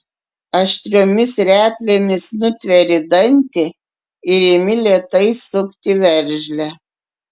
aštriomis replėmis nutveri dantį ir imi lėtai sukti veržlę